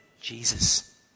Jesus